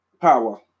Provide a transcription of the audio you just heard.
Power